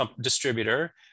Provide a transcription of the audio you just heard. distributor